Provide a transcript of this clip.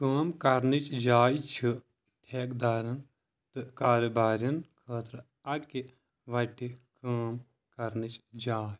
کٲم کرنٕچ جاے چھِ ٹھیکٕدَرن تہٕ کارٕبارٮ۪ن خٲطرٕ اکہِ وَٹہِ کٲم کرنٕچ جاے